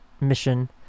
mission